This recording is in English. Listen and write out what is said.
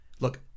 look